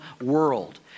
world